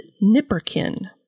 nipperkin